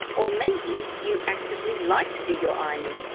or maybe you actively like to do your ironing.